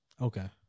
Okay